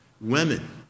Women